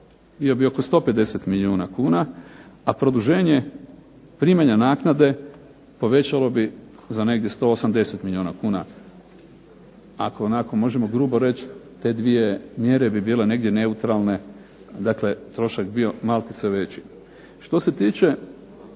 bio bi oko 150 milijuna kuna, a produženje primanja naknade povećalo bi za negdje 180 milijuna kuna. Ako onako možemo grubo reći te dvije mjere bi bile neutralne, dakle trošak bi bio malkice veći. Što se tiče